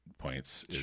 points